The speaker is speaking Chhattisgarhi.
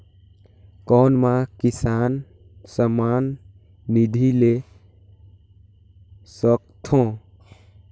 कौन मै किसान सम्मान निधि ले सकथौं?